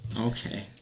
Okay